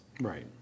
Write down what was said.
Right